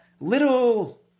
little